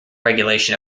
regulation